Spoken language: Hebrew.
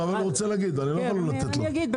אין צורך,